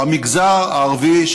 במגזר הערבי,